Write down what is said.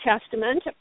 Testament